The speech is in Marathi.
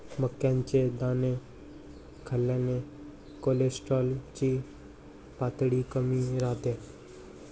मक्याचे दाणे खाल्ल्याने कोलेस्टेरॉल ची पातळी कमी राहते